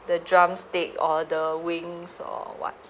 the drumstick or the wings or what